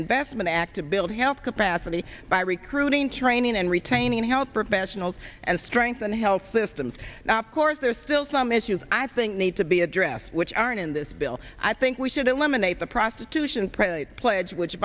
investment act of build health capacity by recruiting training and retaining health professionals and strengthen health systems now of course there are still some issues i think need to be addressed which aren't in this bill i think we should eliminate the prostitution probably pledge which